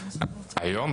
היום,